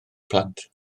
plant